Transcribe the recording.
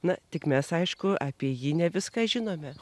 na tik mes aišku apie jį ne viską žinome